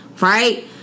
right